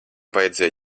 vajadzēja